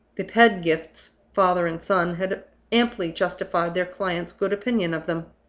the pedgifts, father and son, had amply justified their client's good opinion of them.